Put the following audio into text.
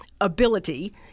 ability